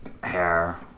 hair